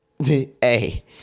hey